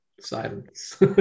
silence